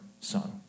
son